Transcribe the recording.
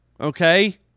okay